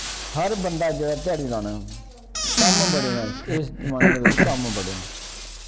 हर बंदा जेह्ड़ा ध्याड़ी लाना कम्म बड़े न इस इस जमाने दे बिच कम्म बड़े न